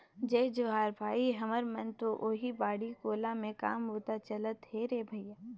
जय जोहार भाई, हमर मन के तो ओहीं बाड़ी कोला के काम बूता चलत हे रे भइया